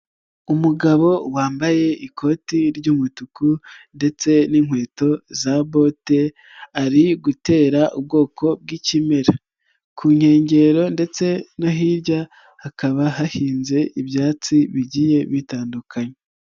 umugabo wambaye ikoti ry'umutuku ndetse n'inkweto za bote ari gutera ubwoko bw'ikimera, ku nkengero ndetse no hirya hakaba hahinze ibyatsi bigiye bitandukanye.